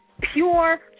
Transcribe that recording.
pure